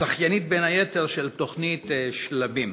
הזכיינית, בין היתר, של תוכנית שלבים.